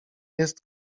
jest